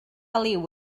liw